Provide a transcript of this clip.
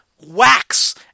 wax